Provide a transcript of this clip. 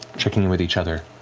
checking with each other,